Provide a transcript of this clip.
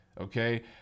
Okay